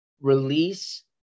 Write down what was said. release